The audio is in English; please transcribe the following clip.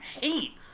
hate